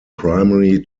primary